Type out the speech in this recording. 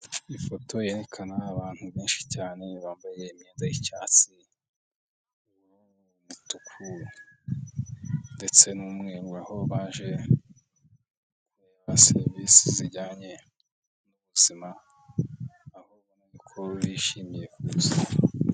Ifoto yerekana abantu benshi cyane bambaye imyenda y'icyatsi, umutuku ndetse n'umweru aho baje kureba serivisi zijyanye n'ubuzima urabona ko bishimiye kuza.